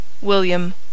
William